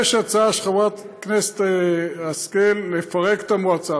יש הצעה של חברת הכנסת השכל לפרק את המועצה,